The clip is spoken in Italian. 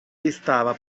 distava